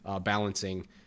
balancing